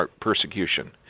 persecution